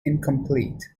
incomplete